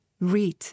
Read